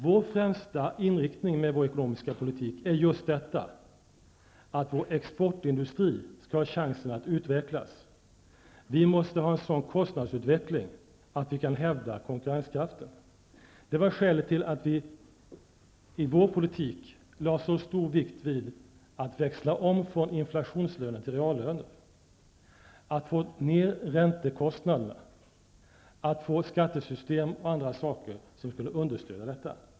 Den främsta inriktningen med vår ekonomiska politik är just att vår exportindustri skall ha chans att utvecklas. Vi måste ha en sådan kostnadsutveckling att vi kan hävda konkurrenskraften. Det var skälet till att vi i vår politik lade så stor vikt vid att man skulle växla om från inflationslöner till reallöner, att få ned räntekostnaderna och att få ett skattesystem osv. som skulle understödja detta.